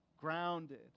grounded